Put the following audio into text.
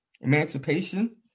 emancipation